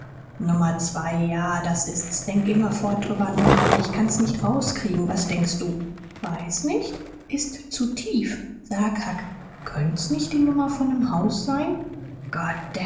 nummer zwei ja das ist's denk immerfort drüber nach aber ich kann's nicht rauskriegen was denkst du weiß nicht ist zu tief sag huck könnt's nicht die nummer von nem haus sein